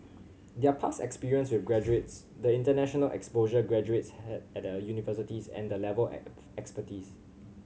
their past experience with graduates the international exposure graduates had at the universities and the level expertise